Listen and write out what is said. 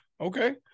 Okay